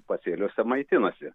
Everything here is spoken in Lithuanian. pasėliuose maitinasi